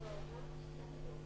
(הגבלת שהייה במרחב הציבורי והגבלת